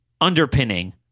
underpinning